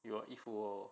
有衣服 lor